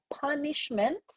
punishment